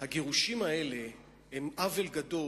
הגירושים האלה הם עוול גדול,